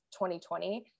2020